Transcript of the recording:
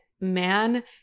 man